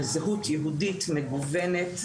אבל הדיון הזה הוא לצערי קצר משום שזה יום הולדת של הכנסת,